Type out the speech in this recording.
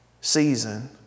season